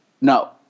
No